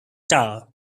tower